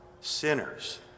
sinners